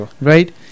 right